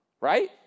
right